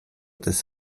des